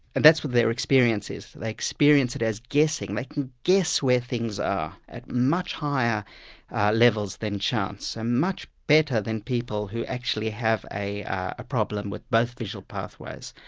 and that's what their experience is, they experience it as guessing. they can guess where things are at much higher levels than chance, and ah much better than people who actually have a ah problem with both visual pathways.